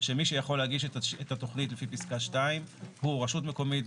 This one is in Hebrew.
שמי שיכול להגיש את התכנית לפי פסקה 2 הוא רשות מקומית,